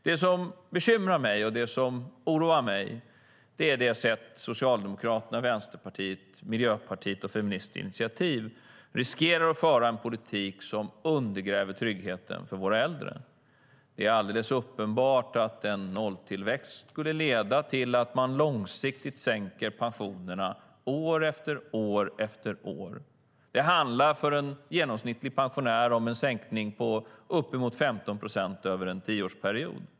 Det som bekymrar och oroar mig är att Socialdemokraterna, Vänsterpartiet, Miljöpartiet och Feministiskt initiativ riskerar att föra en politik som undergräver tryggheten för våra äldre. Det är uppenbart att en nolltillväxt skulle leda till att man långsiktigt sänker pensionerna år efter år. För en genomsnittlig pensionär handlar det om en sänkning på uppemot 15 procent över en tioårsperiod.